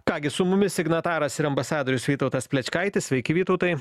ką gi su mumis signataras ir ambasadorius vytautas plečkaitis sveiki vytautai